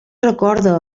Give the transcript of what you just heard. recorda